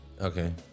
Okay